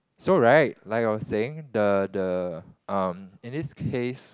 so right like I was saying the the um in this case